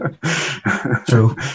True